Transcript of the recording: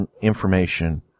information